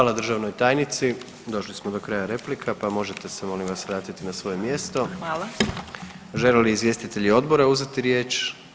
Hvala državnoj tajnici, došli smo do kraja replika pa možete se molim vas vratiti na svoje mjesto [[Upadica: Hvala.]] Žele li izvjestitelji odbora uzeti riječ?